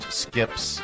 skips